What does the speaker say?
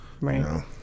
Right